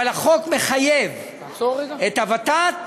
אבל החוק מחייב את הוות"ת